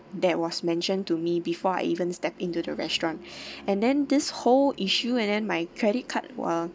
that was mentioned to me before I even stepped into the restaurant and then this whole issue and then my credit card while